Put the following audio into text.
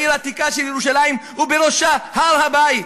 לעיר העתיקה של ירושלים ובראשה הר-הבית.